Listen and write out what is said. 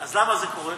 אז למה זה קורה?